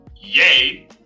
yay